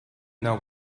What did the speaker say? know